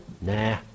Nah